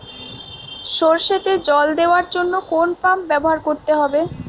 সরষেতে জল দেওয়ার জন্য কোন পাম্প ব্যবহার করতে হবে?